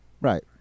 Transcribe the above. Right